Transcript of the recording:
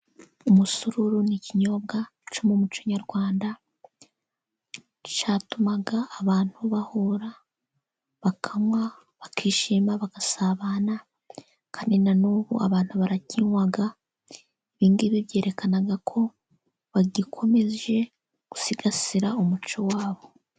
Umusururu ni ikinyobwa cyo mu muco nyarwanda, cyatumaga abantu bahura bakanywa bakishima bagasabana, kandi nanubu abantu barakinywa ibingibi byerekana ko bagikomeje gusigasira umuco wabo.